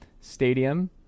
Stadium